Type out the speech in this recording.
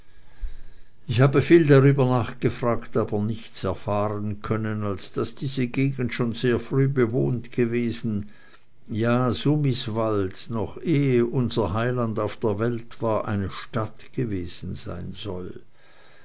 ich habe viel darüber nachgefragt aber nichts erfahren können als daß diese gegend schon sehr früh bewohnt gewesen ja sumiswald noch ehe unser heiland auf der welt war eine stadt gewesen sein soll